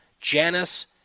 Janice